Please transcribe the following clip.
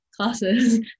classes